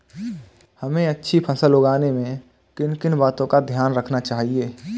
हमें अच्छी फसल उगाने में किन किन बातों का ध्यान रखना चाहिए?